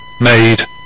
made